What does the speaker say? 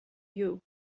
you